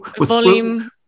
volume